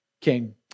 king